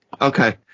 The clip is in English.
Okay